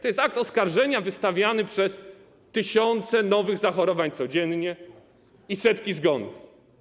To jest akt oskarżenia wystawiany przez tysiące nowych zachorowań codziennie i setki zgonów.